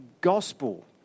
gospel